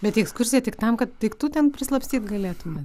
bet į ekskursiją tik tam kad daiktų ten prislapstyt galėtume